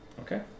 Okay